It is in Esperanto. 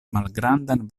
malgrandan